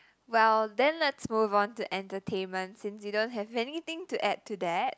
well then let's move on to entertainment since you don't have anything to add to that